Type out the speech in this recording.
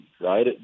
right